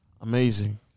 Amazing